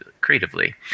creatively